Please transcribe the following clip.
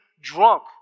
drunk